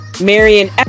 Marion